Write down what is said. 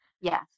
Yes